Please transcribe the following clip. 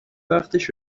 وقتش